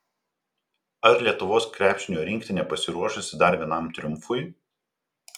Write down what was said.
ar lietuvos krepšinio rinktinė pasiruošusi dar vienam triumfui